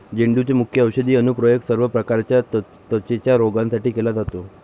झेंडूचे मुख्य औषधी अनुप्रयोग सर्व प्रकारच्या त्वचेच्या रोगांसाठी केला जातो